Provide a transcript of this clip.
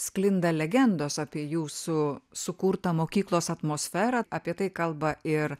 sklinda legendos apie jūsų sukurtą mokyklos atmosferą apie tai kalba ir